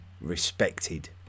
respected